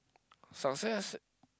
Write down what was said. success